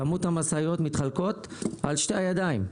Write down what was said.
כמות המשאיות מתחלק לשתי ידיים.